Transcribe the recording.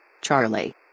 Charlie